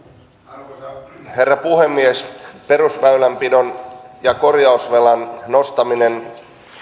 arvoisa herra puhemies perusväylänpidon ja korjausvelan nostaminen